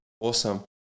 Awesome